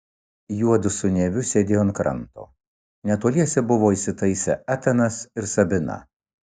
juodu su neviu sėdėjo ant kranto netoliese buvo įsitaisę etanas ir sabina